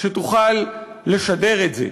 שתוכל לשדר את זה.